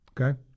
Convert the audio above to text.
okay